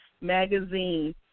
Magazine